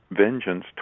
Vengeance